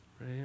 right